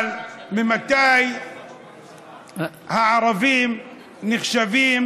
אבל ממתי הערבים נחשבים,